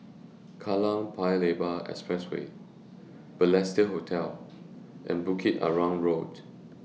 Kallang Paya Lebar Expressway Balestier Hotel and Bukit Arang Road